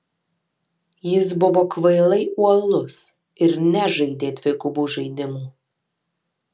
jis buvo kvailai uolus ir nežaidė dvigubų žaidimų